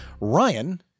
Ryan